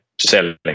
selling